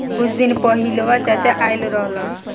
कुछ दिन पहिलवा चाचा आइल रहन